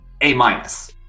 A-minus